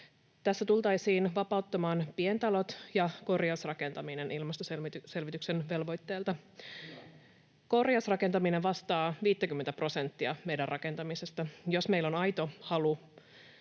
Tässä tultaisiin vapauttamaan pientalot ja korjausrakentaminen ilmastoselvityksen velvoitteelta. [Heikki Vestman: Hyvä!] Korjausrakentaminen vastaa 50:tä prosenttia meidän rakentamisesta. Jos meillä on aito halu